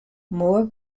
moor